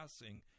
passing